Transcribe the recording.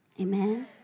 Amen